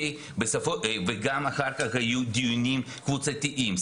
גם אחר כך היו דיונים קבוצתיים,